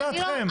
מה דעתם?